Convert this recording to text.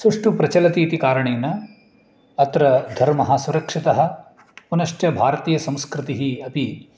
सुष्ठु प्रचलति इति कारणेन अत्र धर्मः सुरक्षितः पुनश्च भारतीयसंस्कृतिः अपि